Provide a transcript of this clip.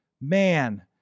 man